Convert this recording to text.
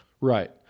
Right